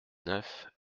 neuf